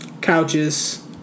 couches